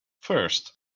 first